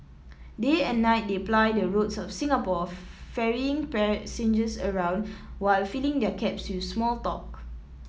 day and night they ply the roads of Singapore ferrying passengers around while filling their cabs with small talk